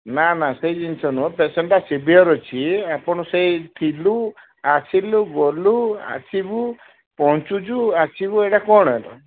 ନା ନା ସେଇ ଜିନିଷ ନୁହଁ ପେସେଣ୍ଟଟା ସିଭିଅର ଅଛି ଆପଣ ସେଇ ଥିଲୁ ଆସିଲୁ ଗଲୁ ଆସିବୁ ପହଁଞ୍ଚୁଛୁ ଆସିବୁ ଏଇଟା କ'ଣ ଏଇଟା